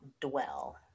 dwell